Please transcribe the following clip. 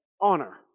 honor